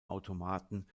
automaten